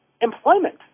employment